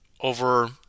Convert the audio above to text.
over